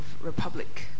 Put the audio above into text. republic